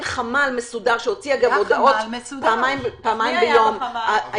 חמ"ל מסודר שהוציא הודעות פעמיים ביום,